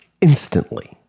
instantly